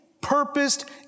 purposed